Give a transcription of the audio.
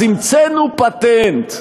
אז המצאנו פטנט: